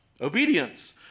obedience